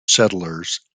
settlers